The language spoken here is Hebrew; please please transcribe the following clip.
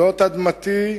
זאת אדמתי.